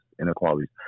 inequalities